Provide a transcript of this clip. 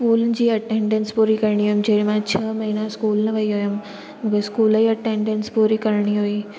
school जी attendance पूरी करणी हुई जेॾीमहिल मां छह महीना स्कूल न वई हुयमि मूंखे स्कूल जी अटैंडंस पूरी करणी हुई